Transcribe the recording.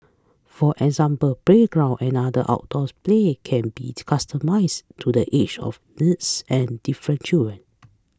for example playground and other outdoors play can be to customize to the age of needs and different children